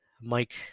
Mike